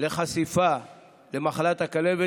לחשיפה למחלת הכלבת,